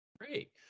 Great